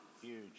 Huge